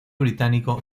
británico